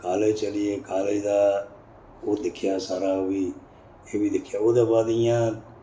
college चली गे college दा ओह् दिक्खेआ सारा ओह् बी एह् बी दिक्खेआ ओह्दे बाद इ'यां